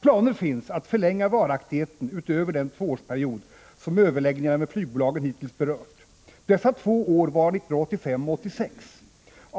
planer finns att förlänga varaktigheten utöver den tvåårsperiod som överläggningarna med flygbolagen hittills berört.” Dessa två år var 1985 och 1986.